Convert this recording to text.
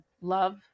love